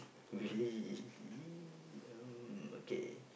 really um okay